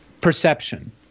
perception